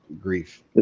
grief